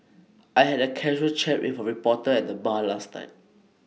I had A casual chat with A reporter at the bar last night